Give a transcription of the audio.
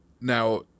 Now